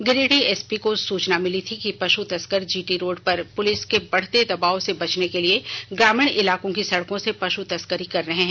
Giridih SP को सूचना मिली थी कि पशु तस्कर जीटी रोड पर पुलिस के बढ़ते दबाव से बचने के लिए ग्रामीण इलाको की सड़कों से पश् तस्करी कर रहे हैं